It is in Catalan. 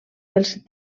pels